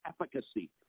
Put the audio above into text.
efficacy